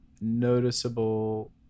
noticeable